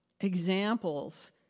examples